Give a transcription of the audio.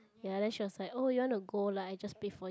ya then she was like oh you want to go like I just pay for